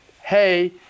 Hey